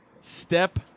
step